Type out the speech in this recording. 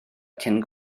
cyn